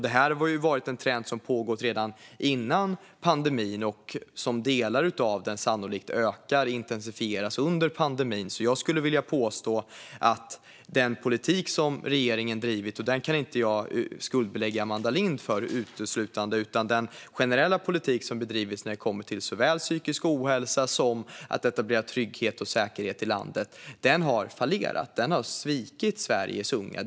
Detta är en trend som pågick redan innan pandemin, och delar av den ökar och intensifieras sannolikt under pandemin. Jag skulle därför vilja påstå att den generella politik som regeringen drivit - och den kan jag inte skuldbelägga uteslutande Amanda Lind för - när det kommer till såväl psykisk ohälsa som att etablera trygghet och säkerhet i landet har fallerat. Den har svikit Sveriges unga.